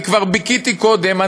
אני כבר ביכיתי קודם.